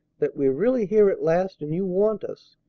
that we're really here at last, and you want us?